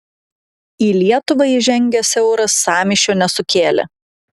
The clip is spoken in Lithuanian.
į lietuvą įžengęs euras sąmyšio nesukėlė